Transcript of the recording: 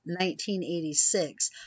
1986